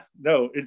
no